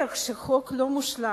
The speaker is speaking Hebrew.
ודאי שהחוק לא מושלם.